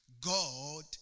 God